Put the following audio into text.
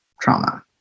trauma